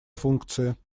функции